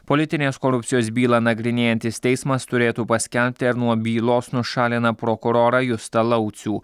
politinės korupcijos bylą nagrinėjantis teismas turėtų paskelbti ar nuo bylos nušalina prokurorą justą laucių